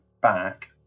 back